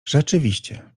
rzeczywiście